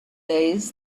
days